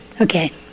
Okay